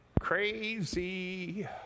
crazy